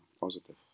Positive